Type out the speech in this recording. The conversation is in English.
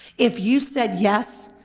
if you said yes,